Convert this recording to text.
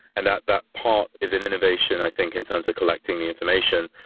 and that that part is an innovation i think in terms of collecting the information.